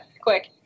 quick